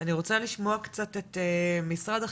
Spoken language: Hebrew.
אני רוצה לשמוע קצת את משרד החינוך,